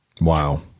Wow